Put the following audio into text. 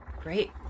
great